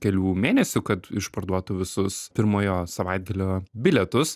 kelių mėnesių kad išparduotų visus pirmojo savaitgalio bilietus